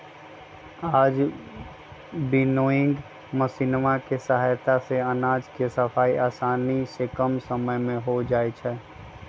आज विन्नोइंग मशीनवा के सहायता से अनाज के सफाई आसानी से कम समय में हो जाहई